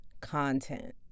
content